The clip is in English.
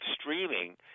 streaming